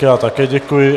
Já také děkuji.